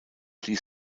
ließ